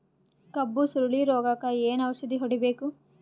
ಕಬ್ಬು ಸುರಳೀರೋಗಕ ಏನು ಔಷಧಿ ಹೋಡಿಬೇಕು?